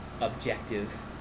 objective